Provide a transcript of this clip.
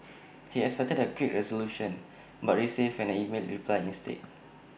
he expected A quick resolution but received an email reply instead